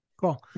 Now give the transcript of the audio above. Cool